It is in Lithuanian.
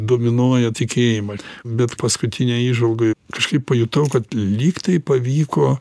dominuoja tikėjimas bet paskutinėj įžvalgoj kažkaip pajutau kad lyg tai pavyko